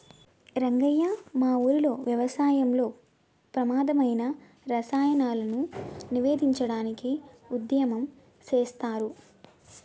రంగయ్య మా ఊరిలో వ్యవసాయంలో ప్రమాధమైన రసాయనాలను నివేదించడానికి ఉద్యమం సేసారు